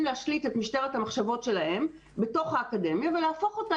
להשליט את משטרת המחשבות שלהם בתוך האקדמיה ולהפוך אותה